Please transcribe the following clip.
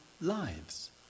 lives